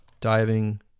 diving